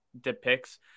depicts